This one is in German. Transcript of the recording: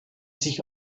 sich